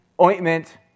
ointment